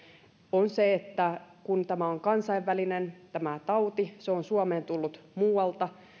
on se että kun tämä tauti on kansainvälinen ja se on suomeen tullut muualta